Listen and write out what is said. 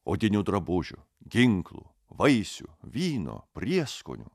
odinių drabužių ginklų vaisių vyno prieskonių